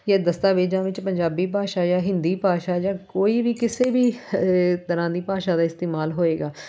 ਜਾਂ ਦਸਤਾਵੇਜ਼ਾਂ ਵਿੱਚ ਪੰਜਾਬੀ ਭਾਸ਼ਾ ਜਾਂ ਹਿੰਦੀ ਭਾਸ਼ਾ ਜਾਂ ਕੋਈ ਵੀ ਕਿਸੇ ਵੀ ਹ ਤਰ੍ਹਾਂ ਦੀ ਭਾਸ਼ਾ ਦਾ ਇਸਤੇਮਾਲ ਹੋਏਗਾ